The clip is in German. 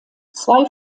zwei